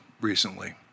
recently